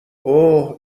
اُه